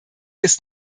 ist